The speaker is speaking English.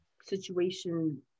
situation